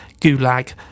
Gulag